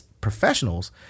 professionals